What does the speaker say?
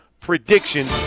prediction